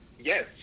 yes